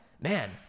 Man